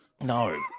No